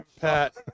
Pat